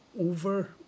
over